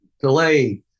delay